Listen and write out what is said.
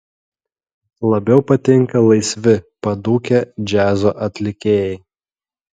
labiau patinka laisvi padūkę džiazo atlikėjai